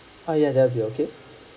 ah ya that will be okay